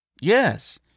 Yes